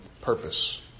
purpose